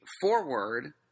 forward